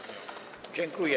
Dziękuję.